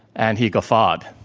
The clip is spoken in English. and he guffawed.